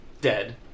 dead